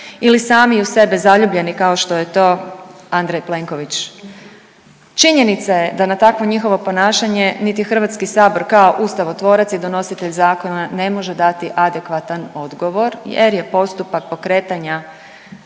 ili sami u sebe zaljubljeni kao što je to Andrej Plenković. Činjenica je da na takvo njihovo ponašanje niti HS kao ustavotvorac i donositelj zakona ne može dati adekvatan odgovor jer je postupak pokretanja